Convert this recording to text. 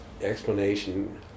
explanation